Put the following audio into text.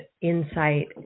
insight